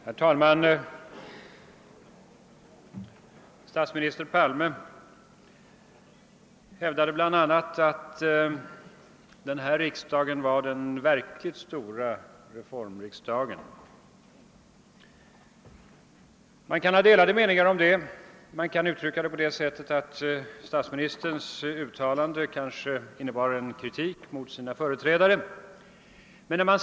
Herr talman! Statsminister Palme hävdade bl.a. att den här riksdagen var den verkligt stora reformriksdagen. Man kan ha delade meningar om den saken. Man kan t.o.m. uppfatta statsministerns uttalande som en kritik mot hans företrädare.